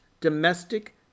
domestic